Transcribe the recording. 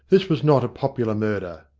this was not a popular murder.